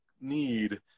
need